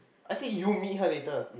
I said you meet her later